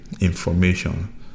information